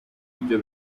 ibyo